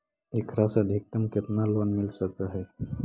एकरा से अधिकतम केतना लोन मिल सक हइ?